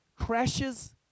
crashes